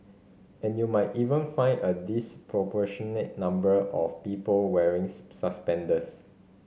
and you might even find a disproportionate number of people wearings suspenders